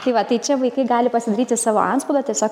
tai va tai čia vaikai gali pasidaryti savo antspaudą tiesiog